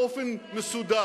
כולם באופן מסודר.